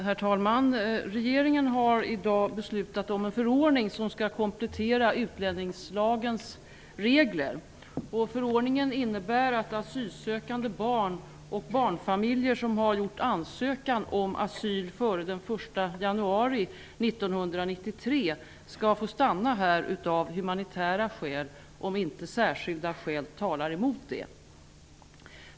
Herr talman! Regeringen har i dag beslutat om en förordning som skall komplettera utlänningslagens regler. Förordningen innebär att asylsökande barn och barnfamiljer som har ansökt om asyl före den 1 januari 1993 skall få stanna här av humanitära skäl om inte särskilda skäl talar emot det.